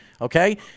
Okay